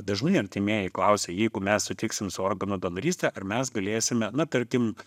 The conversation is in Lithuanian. dažnai artimieji klausia jeigu mes sutiksim su organų donoryste ar mes galėsime na tarkim